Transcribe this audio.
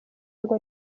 ngo